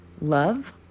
love